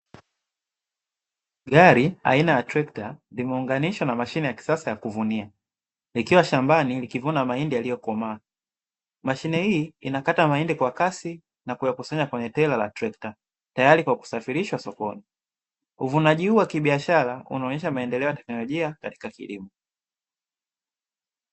Gari aina ya trekta limeunganishwa na mashine ya kisasa ya kuvunia likiwa shambani likivuna mahindi yaliyokomaa. Mashine hii inakata mahindi kwa kasi na kuyakusanya kwenye tela la trekta tayari kwa kusafirishwa sokoni, uvunaji huu wa kibiashara unaonyesha maendeleo ya tekinolojia katika kilimo.